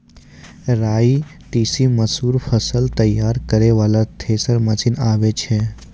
राई तीसी मसूर फसल तैयारी करै वाला थेसर मसीन आबै छै?